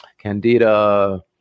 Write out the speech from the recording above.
candida